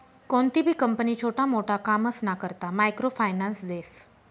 कोणतीबी कंपनी छोटा मोटा कामसना करता मायक्रो फायनान्स देस